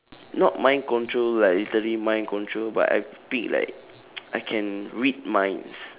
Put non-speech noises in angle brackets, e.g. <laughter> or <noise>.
not mind control like literally mind control but I pick like <noise> I can read minds